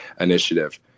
initiative